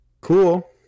Cool